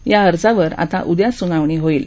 या अर्जावर आता उद्या स्नावणी होईल